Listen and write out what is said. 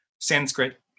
Sanskrit